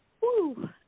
Woo